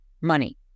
Money